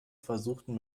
versuchten